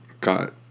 got